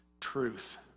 truth